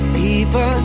people